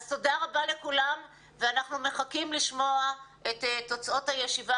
אז תודה רבה לכולם ואנחנו מחכים לשמוע את תוצאות הישיבה